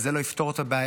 וזה לא יפתור את הבעיה,